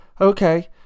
Okay